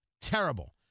terrible